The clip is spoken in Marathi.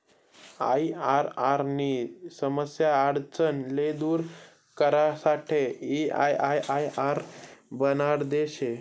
आईआरआर नी समस्या आडचण ले दूर करासाठे एमआईआरआर बनाडेल शे